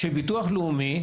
שביטוח לאומי,